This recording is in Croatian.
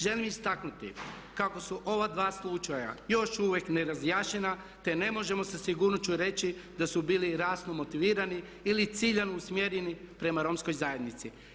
Želim istaknuti kako su ova dva slučajeva još uvijek nerazjašnjena te ne možemo sa sigurnošću reći da su bili rasno motivirani ili ciljano usmjereni prema Romskoj zajednici.